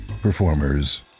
performers